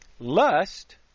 Lust